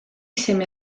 seme